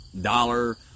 dollar